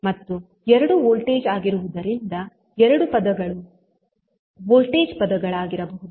ಮತ್ತು ಎರಡೂ ವೋಲ್ಟೇಜ್ ಆಗಿರುವುದರಿಂದ ಎರಡೂ ಪದಗಳು ವೋಲ್ಟೇಜ್ ಪದಗಳಾಗಿರಬಹುದು